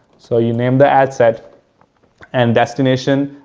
so, you name the ad set and destination,